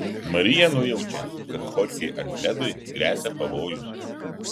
marija nujaučia kad chorchei alfredui gresia pavojus